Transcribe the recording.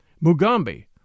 Mugambi